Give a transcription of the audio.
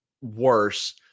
worse